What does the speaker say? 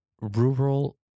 rural